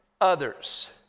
others